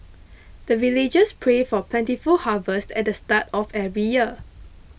the villagers pray for plentiful harvest at the start of every year